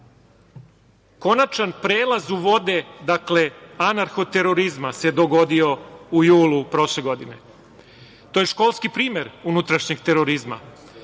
Konačan prelaz u vode anarho terorizma se dogodio u julu prošle godine. To je školski primer unutrašnjeg terorizma. Podsetiću